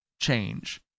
change